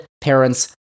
parents